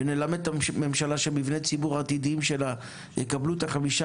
ונלמד את הממשלה שמבני ציבור עתידיים שלה יקבלו את החמישה